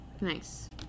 nice